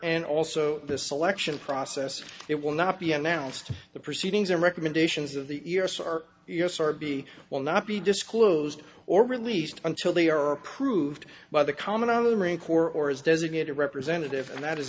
and also the selection process it will not be announced the proceedings or recommendations of the u s are you know sort of be will not be disclosed or released until they are approved by the commandant of the marine corps or is designated representative and that is